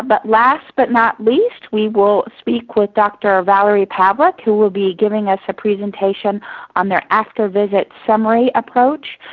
but last but not least, we will speak with dr. valory pavlik, who will be giving us a presentation on their after-visit summary approach,